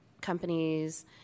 companies